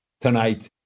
tonight